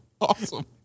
awesome